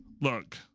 look